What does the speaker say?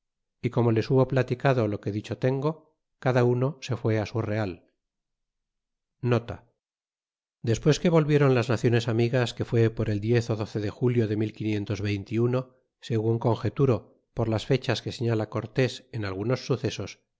y como les hubo platicado lo que dicho tengo cada uno se fué su real dexemos desto y volvadesunes que volvieron las naciones amigas que fue por el diez ó doce de julio de segun conj turo por las fechas que señala cortés en algunos sucesos